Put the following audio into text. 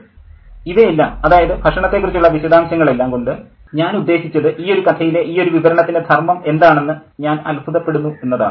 professor ഇവയെല്ലാം അതായത് ഭക്ഷണത്തെക്കുറിച്ചുള്ള വിശദാംശങ്ങൾ എല്ലാം കൊണ്ട് ഞാൻ ഉദ്ദേശിച്ചത് ഈയൊരു കഥയിലെ ഈയൊരു വിവരണത്തിൻ്റെ ധർമ്മം എന്താണെന്ന് ഞാൻ അത്ഭുതപ്പെടുന്നു എന്നതാണ്